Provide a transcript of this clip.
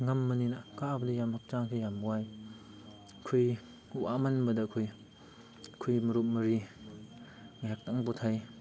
ꯉꯝꯕꯅꯤꯅ ꯀꯥꯕꯗ ꯌꯥꯝ ꯍꯛꯆꯥꯡꯁꯤ ꯌꯥꯝ ꯋꯥꯏ ꯑꯩꯈꯣꯏ ꯋꯥꯃꯟꯕꯗ ꯑꯩꯈꯣꯏ ꯑꯩꯈꯣꯏ ꯃꯔꯨꯞ ꯃꯔꯤ ꯉꯥꯏꯍꯥꯡꯇꯪ ꯄꯣꯊꯥꯏ